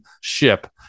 ship